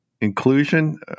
inclusion